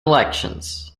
elections